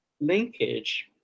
linkage